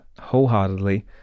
wholeheartedly